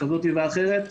כזו ואחרת.